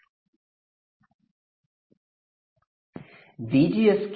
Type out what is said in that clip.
ఈ సమయంలో మీరు తెలుసుకోవలసినది ఏమిటంటే ఈ పాయింట్ ఇలా ఉండటానికి VGS ఎంత ఉండాలి